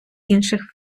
інших